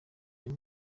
uyu